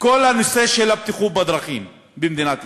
כל הנושא של הבטיחות בדרכים במדינת ישראל.